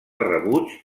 rebuig